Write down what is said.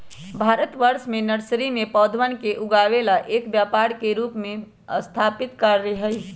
भारतवर्ष में नर्सरी में पौधवन के उगावे ला एक व्यापार के रूप में स्थापित कार्य हई